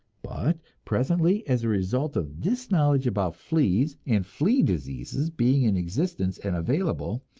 but presently, as a result of this knowledge about fleas and flea diseases being in existence and available,